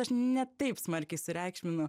aš ne taip smarkiai sureikšminu